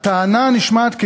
הטענה הנשמעת,